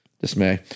dismay